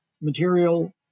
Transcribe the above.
material